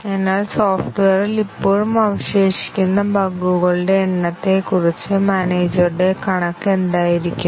അതിനാൽ സോഫ്റ്റ്വെയറിൽ ഇപ്പോഴും അവശേഷിക്കുന്ന ബഗുകളുടെ എണ്ണത്തെക്കുറിച്ച് മാനേജരുടെ കണക്ക് എന്തായിരിക്കും